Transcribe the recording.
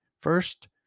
First